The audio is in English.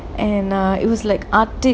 and uh it was like arctic